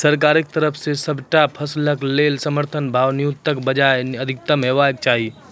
सरकारक तरफ सॅ सबटा फसलक लेल समर्थन भाव न्यूनतमक बजाय अधिकतम हेवाक चाही?